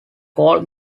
called